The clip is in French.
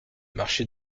marché